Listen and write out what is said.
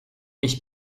ich